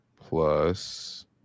plus